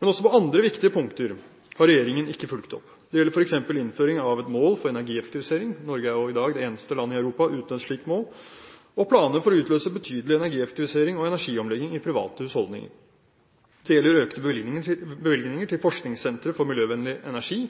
Men heller ikke på andre viktige punkter har regjeringen fulgt opp. Det gjelder f.eks. innføring av et mål for energieffektivisering – Norge er i dag det eneste land i Europa uten et slikt mål – og planer for å utløse betydelig energieffektivisering og energiomlegging i private husholdninger. Det gjelder økte bevilgninger til forskningssentre for miljøvennlig energi,